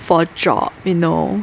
for a job you know